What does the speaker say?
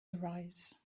arise